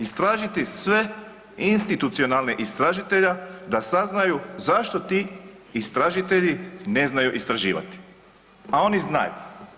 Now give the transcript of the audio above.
Istražiti sve institucionalne istražitelja da saznaju zašto ti istražitelji ne znaju istraživati, a oni znaju.